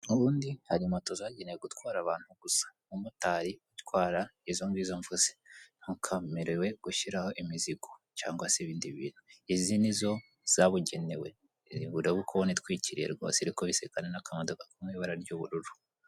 Ubundi hari moto zageneqe gutwara abantu gusa, umumotari utwara izo ngizo mvuze ntukamwemerere gushyiraho imizigo cyangwa se ibindi bintu, izi nizo zabugenewe, iyo rero uri kubona itwikiriye iri kubisikana n'akamodoka ko mu ibara ry'ubururu.